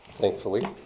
thankfully